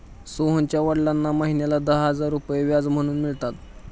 सोहनच्या वडिलांना महिन्याला दहा हजार रुपये व्याज म्हणून मिळतात